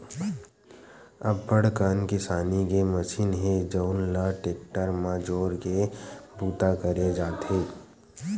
अब्बड़ कन किसानी के मसीन हे जउन ल टेक्टर म जोरके बूता करे जाथे